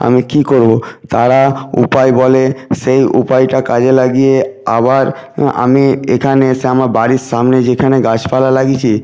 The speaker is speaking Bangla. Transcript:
আমি কী করবো তারা উপায় বলে সেই উপায়টা কাজে লাগিয়ে আবার আমি এখানে এসে আমার বাড়ির সামনে যেইখানে গাছপালা লাগিয়েছি